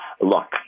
Look